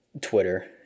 Twitter